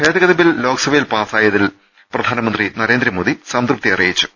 ഭേദഗതി ബിൽ ലോക്സഭയിൽ പാസ്സാക്കിയതിൽ പ്രധാനമന്ത്രി നരേന്ദ്രമോദി സംതൃപ്തി അറിയിച്ചു